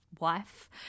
wife